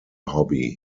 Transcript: hobby